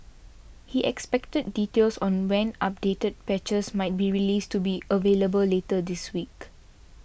he expected details on when updated patches might be released to be available later this week